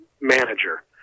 manager